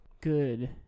Good